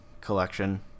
collection